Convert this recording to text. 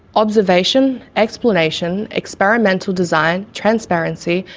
observation, explanation, experimental design, transparency,